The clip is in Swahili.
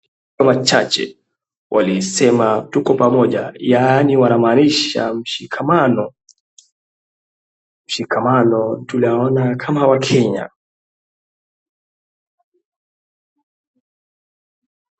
Wachache walisema tuko pamoja yaani wanamaanisha mshikamano, mshikamano tuliona kama wakenya